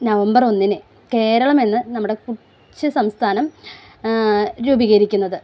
November ഒന്നിന് കേരളമെന്ന നമ്മുടെ കൊച്ച് സംസ്ഥാനം രൂപീകരിക്കുന്നത്